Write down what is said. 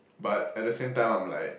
but at the same time I'm like